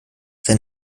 sein